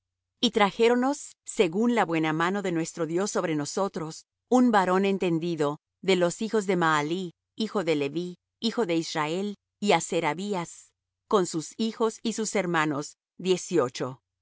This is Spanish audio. y trajéronnos según la buena mano de nuestro dios sobre nosotros un varón entendido de los hijos de mahalí hijo de leví hijo de israel y á serabías con sus hijos y sus hermanos dieciocho